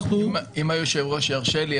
אנחנו --- אם היושב-ראש ירשה לי,